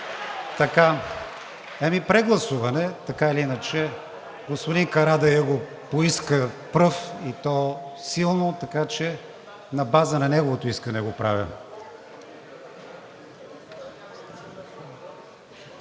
Ами прегласуване. Така или иначе господин Карадайъ го поиска пръв, и то силно, така че на база на неговото искане го правя.